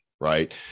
right